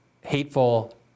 hateful